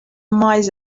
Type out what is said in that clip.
miles